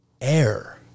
Air